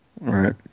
right